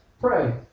Pray